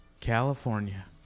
California